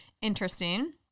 interesting